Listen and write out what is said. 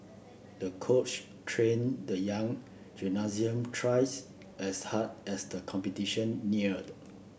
the coach trained the young gymnast twice as hard as the competition neared